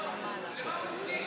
למה, למה הוא הסכים?